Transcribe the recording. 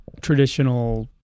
traditional